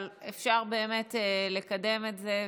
אבל אפשר באמת לקדם את זה.